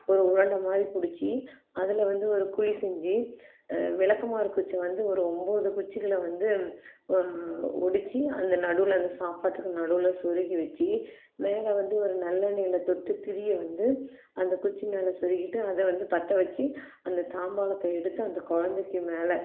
ஒரு உருண்டை மாதிரி பிடிச்சி அதில் வந்து ஒரு குழி செஞ்சு விளக்கமாறு குச்சி வந்து ஒரு ஒம்பது குச்சிகளை வந்து ஒடிச்சு அந்த நடுவில் அந்த சாப்பாட்டுக்கு நடுவில் சொருகி வச்சு மேலே வந்து ஒரு நல்லெண்ணெய்யில தொட்டு திரியை வந்து அந்த குச்சி மேலே சொருக்கிட்டு அதை வந்து பற்றவச்சி அந்த தாம்பாளத்தை எடுத்து அந்த குழந்தைக்கு மேலே